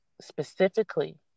specifically